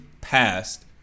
passed